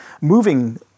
moving